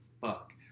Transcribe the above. fuck